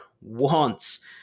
wants